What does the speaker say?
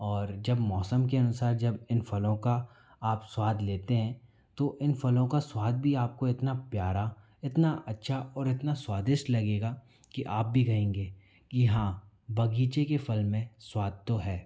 और जब मौसम के अनुसार जब इन फलों का आप स्वाद लेते हैं तो इन फलों का स्वाद भी आपको इतना प्यारा इतना अच्छा और इतना स्वादिष्ट लगेगा कि आप भी कहेंगे कि हाँ बगीचे के फल में स्वाद तो है